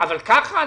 אבל ככה?